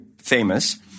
famous